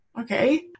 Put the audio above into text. okay